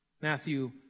Matthew